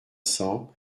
cents